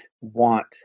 want